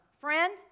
friend